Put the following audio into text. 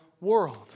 world